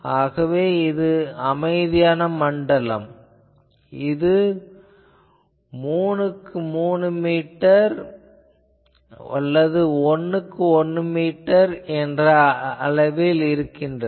ஆகவே இந்த அமைதியான மண்டலம் 3 மீட்டருக்கு 3 மீட்டர் அல்லது 1 மீட்டருக்கு 1 மீட்டர் ஆக உள்ளது